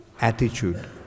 attitude